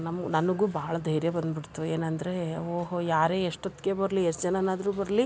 ನಮ್ಮ ನನಗೂ ಭಾಳ ಧೈರ್ಯ ಬಂದುಬಿಡ್ತು ಏನಂದರೆ ಓಹೋ ಯಾರೇ ಎಷ್ಟೊತ್ತಿಗೇ ಬರಲಿ ಎಷ್ಟು ಜನನಾದ್ರೂ ಬರಲಿ